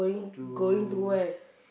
to